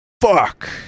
Fuck